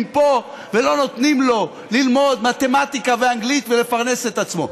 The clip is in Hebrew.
פה ולא נותנים לו ללמוד מתמטיקה ואנגלית ולפרנס את עצמו.